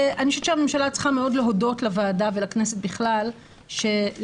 אני חושבת שהממשלה צריכה מאוד להודות לוועדה ולכנסת בכלל שהיא